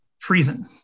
Treason